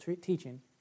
teaching